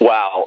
Wow